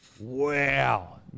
Wow